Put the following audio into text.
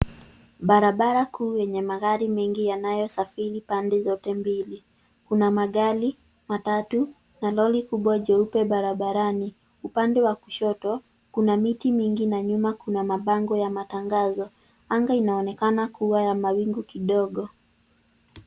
Barabara kuu yenye magari mengi yanayosafiri pande zote mbili. Kuna magari, matatu, na lori kubwa jeupe barabarani. Upande wa kushoto kuna miti mingi na nyuma kuna mabango ya matangazo. Anga inaonekana kuwa ya mawingu kidogo.